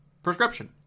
Prescription